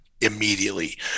immediately